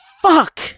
Fuck